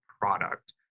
product